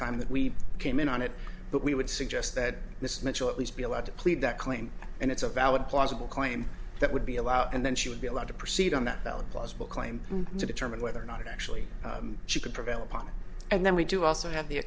time that we came in on it but we would suggest that this mitchell at least be allowed to plead that claim and it's a valid plausible claim that would be allowed and then she would be allowed to proceed on that valid plausible claim to determine whether or not actually she could prevail upon it and then we do also have the